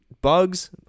Bugs